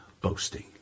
boasting